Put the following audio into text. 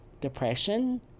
depression